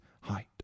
height